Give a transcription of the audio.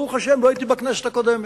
ברוך השם, לא הייתי בכנסת הקודמת.